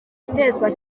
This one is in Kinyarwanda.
gutezwa